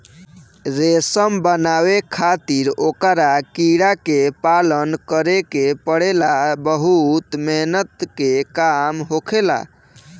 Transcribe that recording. रेशम बनावे खातिर ओकरा कीड़ा के पालन करे के पड़ेला बहुत मेहनत के काम होखेला